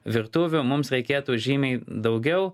virtuvių mums reikėtų žymiai daugiau